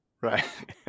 Right